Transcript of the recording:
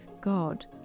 God